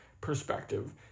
perspective